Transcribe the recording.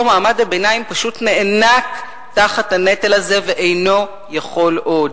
מעמד הביניים פשוט נאנק תחת הנטל הזה ואינו יכול עוד.